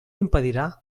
impedirà